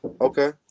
Okay